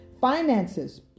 Finances